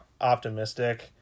optimistic